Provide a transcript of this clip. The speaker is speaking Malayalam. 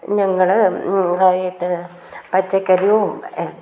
ഞങ്ങളെ ഇത് പച്ചക്കറിയും